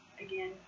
again